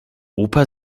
opa